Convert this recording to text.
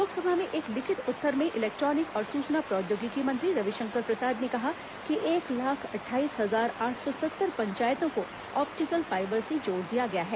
लोकसभा में एक लिखित उत्तर में इलेक्ट्रॉनिक और सूचना प्रौद्योगिकी मंत्री रविशंकर प्रसाद ने कहा कि एक लाख अट्ठाईस हजार आठ सौ सत्तर पंचायतों को ऑप्टीकल फाइबर से जोड़ दिया गया है